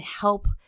help